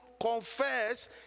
confess